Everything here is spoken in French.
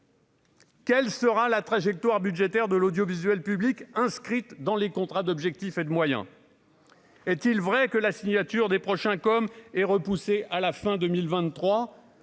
Quelle sera la trajectoire budgétaire de l'audiovisuel public inscrite dans les contrats d'objectifs et de moyens, est-il vrai que la signature des prochains comme est repoussée à la fin 2023,